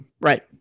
Right